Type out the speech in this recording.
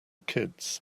kids